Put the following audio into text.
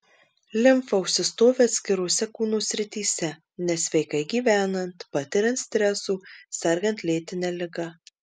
limfa užsistovi atskirose kūno srityse nesveikai gyvenant patiriant stresų sergant lėtine liga